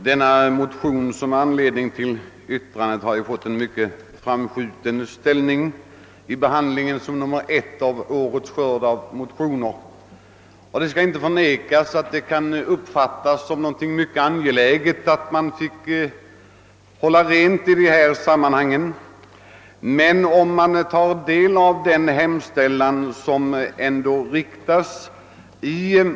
Herr talman! Den motion som behandlas i förevarande utskottsutlåtande har fått en mycket framskjuten plats som nr 1 i årets skörd av motioner. Det skall heller icke förnekas att det är mycket angeläget att hålla rent på det område som motionen avser.